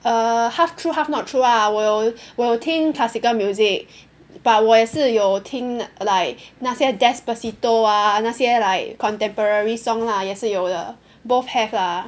err half true half not true ah 我有我有听 classical music but 我也是有听 like 那些 Despacito ah 那些 like contemporary song lah 也是有的 both have lah